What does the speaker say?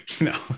No